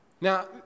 Now